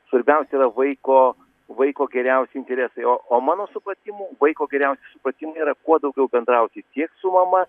svarbiausia yra vaiko vaiko geriausi interesai o o mano supratimu vaiko geriausi supratimai yra kuo daugiau bendrauti tiek su mama